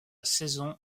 saison